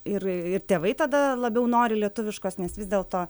ir ir tėvai tada labiau nori lietuviškos nes vis dėlto